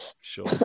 sure